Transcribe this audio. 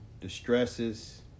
distresses